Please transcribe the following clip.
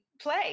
play